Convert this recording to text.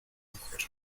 mujer